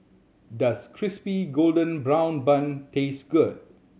does Crispy Golden Brown Bun taste good